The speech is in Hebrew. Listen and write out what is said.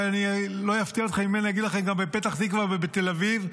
ואני לא אפתיע אותך אם אני אגיד לך: גם בפתח תקווה ובתל אביב,